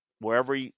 wherever